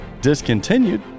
discontinued